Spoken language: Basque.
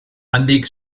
handik